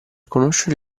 conoscere